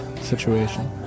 situation